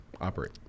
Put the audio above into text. Operate